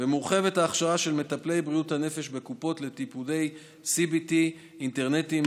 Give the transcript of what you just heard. ומורחבת ההכשרה של מטפלי בריאות הנפש בקופות לטיפולי CBT אינטרנטיים,